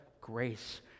grace